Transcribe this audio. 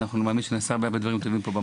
ואני מאמין שנעשה הרבה הרבה דברים טובים פה.